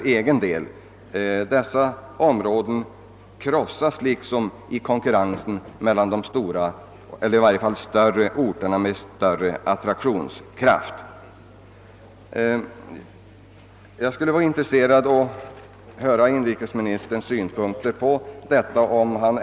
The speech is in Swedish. Dessa glesbygdsområden krossas bildligt talat i konkurrensen med de större, attraktivare tätorterna. Jag skulle vara intresserad av att höra inrikesministerns synpunkter på detta uppslag.